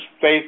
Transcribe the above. faith